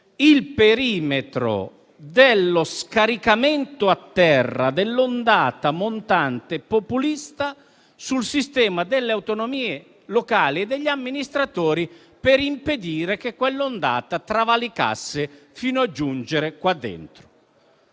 il perimetro dello scaricamento a terra dell'ondata montante populista sul sistema delle autonomie locali e degli amministratori per impedire che quell'ondata travalicasse fino a giungere in Parlamento.